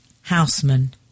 Houseman